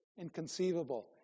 inconceivable